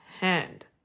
hand